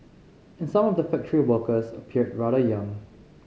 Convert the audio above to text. and some of the factory workers appeared rather young